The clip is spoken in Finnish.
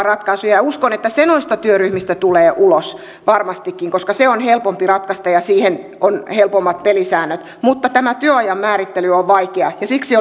ratkaisuja ja uskon että se noista työryhmis tä tulee ulos varmastikin koska se on helpompi ratkaista ja siihen on helpommat pelisäännöt mutta tämä työajan määrittely on vaikea ja siksi